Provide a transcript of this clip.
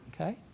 okay